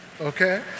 Okay